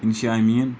اِنشا امیٖن